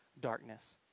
darkness